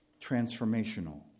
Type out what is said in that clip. transformational